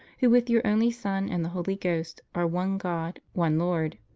who, with your only son and the holy ghost are one god, one lord.